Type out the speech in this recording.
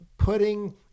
putting